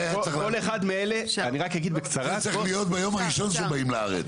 זה צריך להיות ביום הראשון כשבאים לארץ.